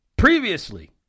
Previously